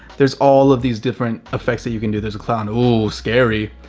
there's all of these different effects that you can do. there's a clown. ooh, scary.